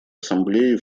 ассамблеей